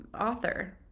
author